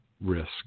risk